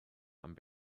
and